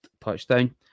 touchdown